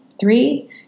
three